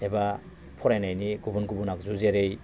एबा फरायनायनि गुबुन गुबुन आगजु जेरै